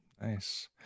Nice